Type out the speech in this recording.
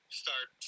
start